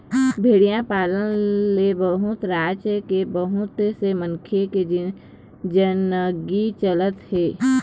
भेड़िया पालन ले बहुत राज के बहुत से मनखे के जिनगी चलत हे